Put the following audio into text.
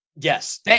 Yes